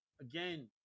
again